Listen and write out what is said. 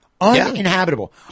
Uninhabitable